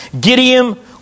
Gideon